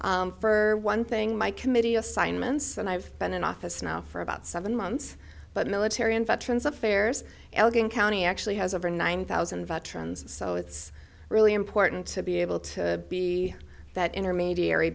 for one thing my committee assignments and i've been in office now for about seven months but military and veterans affairs elegant county actually has over nine thousand veterans so it's really important to be able to be that intermediary